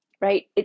right